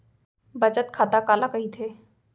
बचत खाता काला कहिथे?